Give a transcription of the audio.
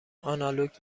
آنالوگ